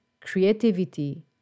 creativity